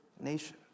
nation